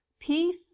Peace